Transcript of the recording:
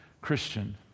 Christian